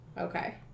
Okay